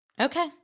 okay